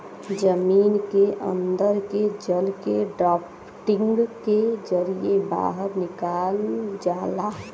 जमीन के अन्दर के जल के ड्राफ्टिंग के जरिये बाहर निकाल जाला